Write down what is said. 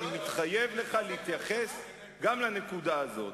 אני מתחייב להתייחס גם לנקודה הזאת.